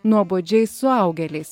nuobodžiais suaugėliais